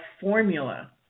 formula